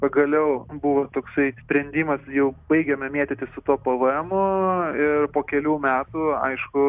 pagaliau buvo toksai sprendimas jau baigėme mėtytis su tuo pavėemu ir po kelių metų aišku